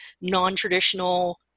non-traditional